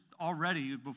already